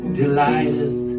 delighteth